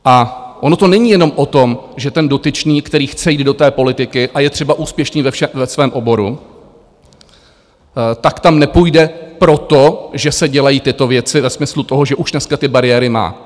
A ono to není jenom o tom, že ten dotyčný, který chce jít do té politiky a je třeba úspěšný ve svém oboru, tak tam nepůjde proto, že se dělají tyto věci ve smyslu toho, že už dneska ty bariéry má.